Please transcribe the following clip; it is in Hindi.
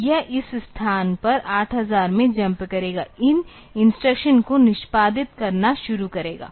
तो यह इस स्थान पर 8000 में जम्प करेगा इन इंस्ट्रक्शन को निष्पादित करना शुरू करें